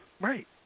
Right